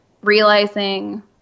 realizing